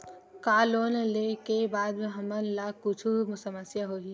का लोन ले के बाद हमन ला कुछु समस्या होही?